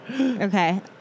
Okay